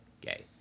gay